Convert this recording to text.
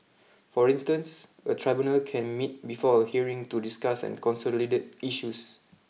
for instance a tribunal can meet before a hearing to discuss and consolidate issues